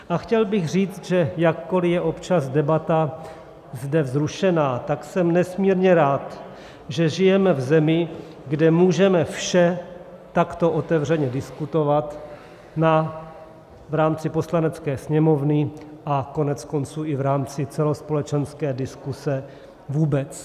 A chtěl bych říct, že jakkoliv je občas debata zde vzrušená, tak jsem nesmírně rád, že žijeme v zemi, kde můžeme vše takto otevřeně diskutovat v rámci Poslanecké sněmovny a koneckonců i v rámci celospolečenské diskuze vůbec.